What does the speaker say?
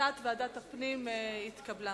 ועדת הפנים והגנת הסביבה